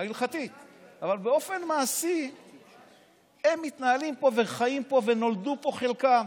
אבל באופן מעשי הם מתנהלים פה וחיים פה, וחלקם